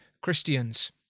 Christians